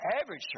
average